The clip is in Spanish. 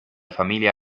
familia